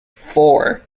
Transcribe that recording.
four